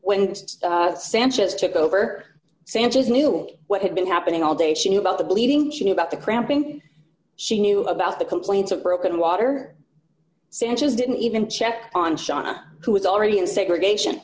when when sanchez took over sanchez knew what had been happening all day she knew about the bleeding she knew about the cramping she knew about the complaints of broken water sanchez didn't even check on seanna who was already in segregation